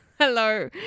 Hello